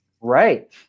Right